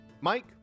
Mike